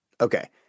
Okay